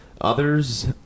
Others